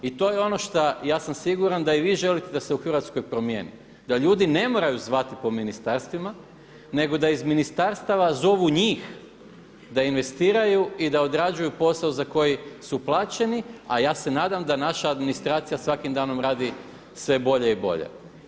I to je ono šta, ja sam siguran da i vi želite da se u Hrvatskoj promijeni, da ljudi ne moraju zvati po ministarstvima, nego da iz ministarstava zovu njih da investiraju i da odrađuju posao za koji su plaćeni, a ja se nadam da naša administracija svakim danom radi sve bolje i bolje.